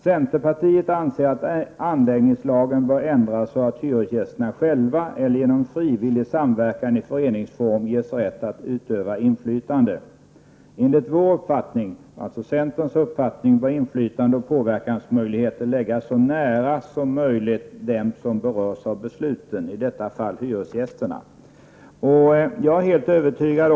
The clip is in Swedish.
Centerpartiet anser att anläggningslagen bör ändras så att hyresgästerna själva eller genom frivillig samverkan i föreningsform ges rätt att utöva inflytande. Enligt vår uppfattning bör inflytande och påverkansmöjligheter läggas så nära som möjligt dem som berörs av besluten, i detta fall hyresgästerna.''